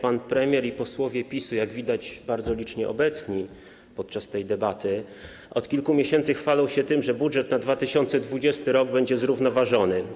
Pan premier i posłowie PiS-u, jak widać, bardzo licznie obecni podczas tej debaty, od kilku miesięcy chwalą się tym, że budżet na 2020 r. będzie zrównoważony.